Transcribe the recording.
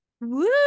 Woo